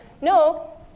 no